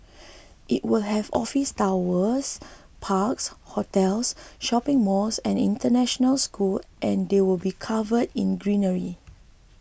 it will have office towers parks hotels shopping malls and an international school and they will be covered in greenery